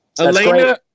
Elena